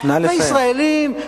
ישראלים,